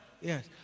Yes